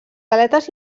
aletes